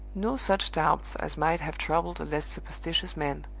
no such doubts as might have troubled a less superstitious man,